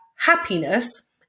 happiness